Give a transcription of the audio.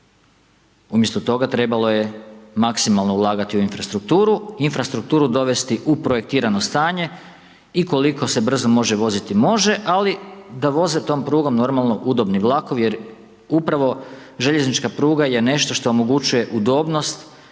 Umjesto toga trebalo je maksimalno ulagati u infrastrukturu, infrastrukturu dovesti u projektirano stanje i koliko se brzo može voziti, može, ali da voze tom prugom normalno udobni vlakovi jer upravo željeznička pruga je nešto što omogućuje udobnost,